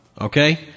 Okay